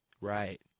right